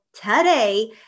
today